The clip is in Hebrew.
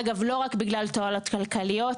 אגב לא רק בגלל תועלות כלכליות,